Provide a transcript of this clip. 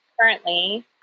currently